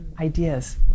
ideas